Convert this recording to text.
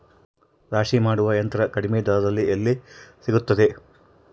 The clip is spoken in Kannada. ರಾಶಿ ಮಾಡುವ ಯಂತ್ರ ಕಡಿಮೆ ದರದಲ್ಲಿ ಎಲ್ಲಿ ಸಿಗುತ್ತದೆ?